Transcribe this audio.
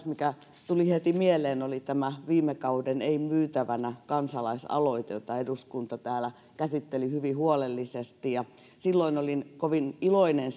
mikä tuli heti mieleen oli tämä viime kauden ei myytävänä kansalaisaloite jota eduskunta täällä käsitteli hyvin huolellisesti silloin olin kovin iloinen